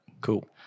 Cool